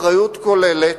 אחריות כוללת,